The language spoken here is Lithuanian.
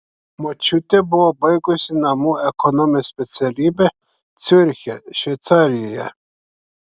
močiutė buvo baigusi namų ekonomės specialybę ciuriche šveicarijoje